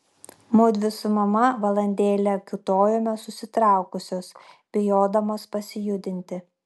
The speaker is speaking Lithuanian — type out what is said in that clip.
mudvi su mama valandėlę kiūtojome susitraukusios bijodamos pasijudinti